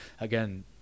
again